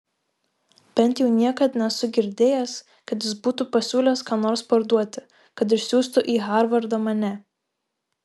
bent jau niekad nesu girdėjęs kad jis būtų pasiūlęs ką nors parduoti kad išsiųstų į harvardą mane